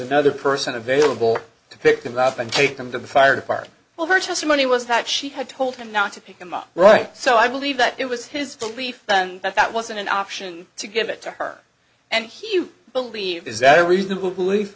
another person available to pick them up and take them to the fire department well her testimony was that she had told him not to pick him up right so i believe that it was his belief and that that wasn't an option to give it to her and he you believe is that a reasonable belie